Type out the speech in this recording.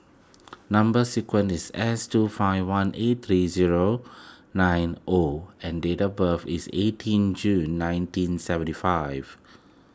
Number Sequence is S two five one eight three zero nine O and date of birth is eighteen June nineteen seventy five